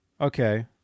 Okay